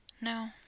no